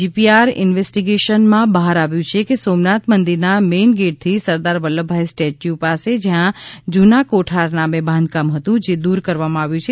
GPR ઇન્વેસ્ટિગેશનમાં બહાર આવ્યુ છે કે સોમનાથ મંદિરના મેઇન ગેટથી સરદાર વલ્લભભાઇ સ્ટેચ્યુ પાસે જ્યાં જુના કોઠાર નામે બાંધકામ હતુ જે દૂર કરવામાં આવ્યુ છે